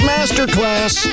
Masterclass